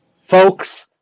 folks